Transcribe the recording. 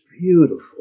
beautiful